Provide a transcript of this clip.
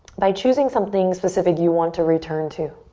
by choosing something specific you want to return to.